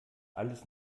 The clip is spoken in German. alles